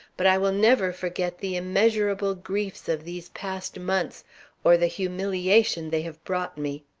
but i will never forget the immeasurable griefs of these past months or the humiliation they have brought me.